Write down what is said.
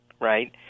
right